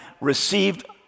received